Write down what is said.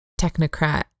technocrat